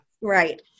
Right